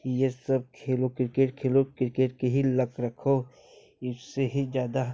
यह सब खेलो क्रिकेट खेलो क्रिकेट के ही लत रखो इससे ही ज्यादा